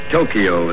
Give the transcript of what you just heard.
Tokyo